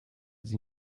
sie